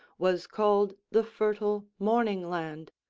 was called the fertile morning-land,